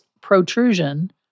protrusion